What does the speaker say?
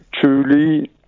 truly